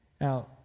Now